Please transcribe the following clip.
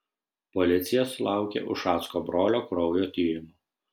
policija sulaukė ušacko brolio kraujo tyrimų